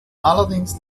allerdings